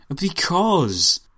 Because